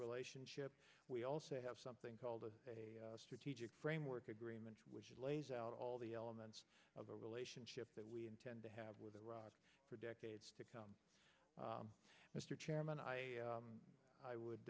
relationship we also have something called a strategic framework agreement which lays out all the elements of a relationship that we intend to have with iraq for decades to come mr chairman i